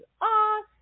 awesome